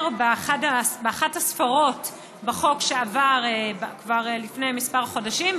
באחת הספרות בחוק שעבר כבר לפני כמה חודשים.